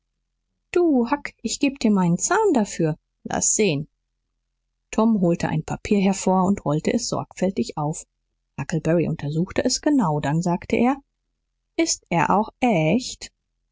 du huck ich geb dir meinen zahn dafür laß sehen tom holte ein papier hervor und rollte es sorgfältig auf huckleberry untersuchte es genau dann sagte er ist er auch echt